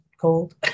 cold